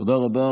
תודה רבה.